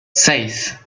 seis